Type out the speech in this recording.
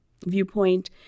viewpoint